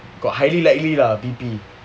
got highly likely lah B_P